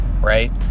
right